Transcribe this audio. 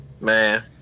Man